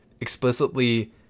explicitly